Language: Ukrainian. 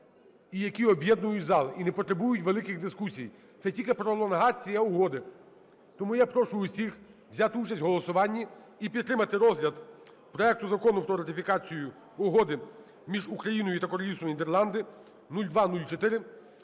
я прошу усіх взяти участь в голосуванні і підтримати розгляд проекту Закону про ратифікацію Угоди між Україною та Королівством Нідерланди (0204)